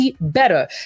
better